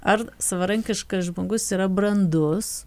ar savarankiškas žmogus yra brandus